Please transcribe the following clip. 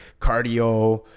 cardio